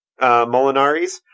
Molinaris